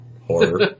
horror